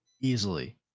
easily